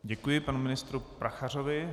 Děkuji panu ministru Prachařovi.